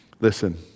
listen